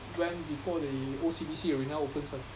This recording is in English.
when before the O_C_B_C arena opens ah